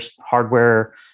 hardware